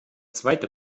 zweite